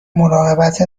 مراقبت